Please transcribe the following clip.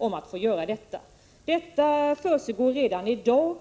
Överinskrivning sker redan i dag,